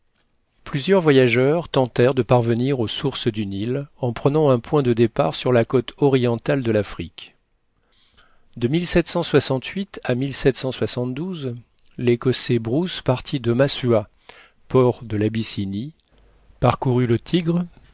plusieurs voyageurs tentèrent de parvenir aux sources du nil en prenant un point de départ sur la côte orientale de l'afrique de à l'écossais bruce partit de masuah port de labyssinie parcourut le tigré